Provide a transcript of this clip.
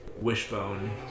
Wishbone